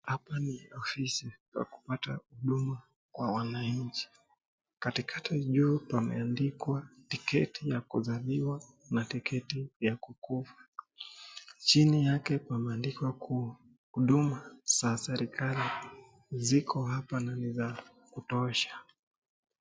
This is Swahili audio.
Hapa ni ofisi ya kupata Huduma kwa wananchi katikati juu pameandikwa tiketi za kuzaliwa na tiketi ya kukufa chini yake pameandikwa Huduma za serikalii ziko hapa na ni za kutosha.